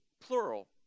plural